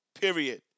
Period